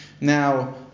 Now